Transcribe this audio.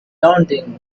daunting